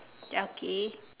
okay